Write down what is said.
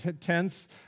tents